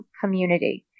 community